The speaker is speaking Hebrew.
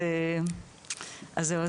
אוקיי.